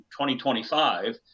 2025